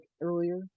earlier